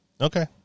Okay